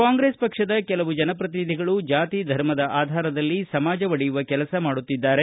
ಕಾಂಗ್ರೆಸ್ ಪಕ್ಷದ ಕೆಲವು ಜನಪ್ರತಿನಿಧಿಗಳು ಜಾತಿ ಧರ್ಮದ ಆಧಾರದಲ್ಲಿ ಸಮಾಜ ಒಡೆಯುವ ಕೆಲಸ ಮಾಡುತ್ತಿದ್ದಾರೆ